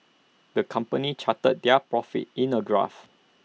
the company charted their profits in A graph